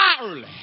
early